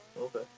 okay